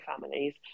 families